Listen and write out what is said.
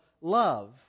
love